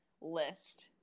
list